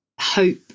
hope